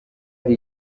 hari